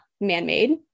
man-made